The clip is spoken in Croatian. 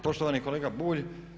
Poštovani kolega Bulj!